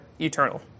eternal